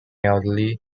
elderly